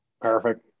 Perfect